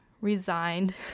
resigned